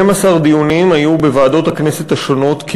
12 דיונים היו בוועדות הכנסת השונות.